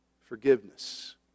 forgiveness